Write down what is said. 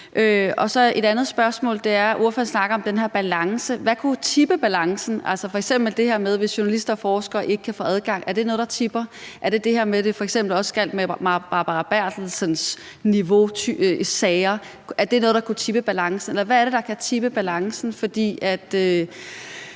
foreslå? Et andet spørgsmål går på, at ordføreren snakker om den her balance: Hvad kunne tippe balancen? Altså, er f.eks. det her med, at journalister og forskere ikke kan få adgang, noget, der tipper balancen? Eller er det det her med, at det f.eks. også gælder sager på Barbara Berthelsen-niveau? Er det noget, der kunne tippe balancen? Eller hvad er det, der kan tippe balancen? For